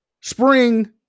spring